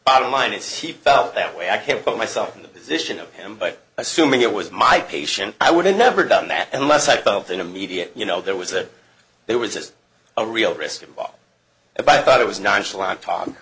bottom line is he felt that way i can't put myself in the position of him but assuming it was my patient i would have never done that unless i felt an immediate you know there was a there was a real risk involved if i thought it was nonchalant talk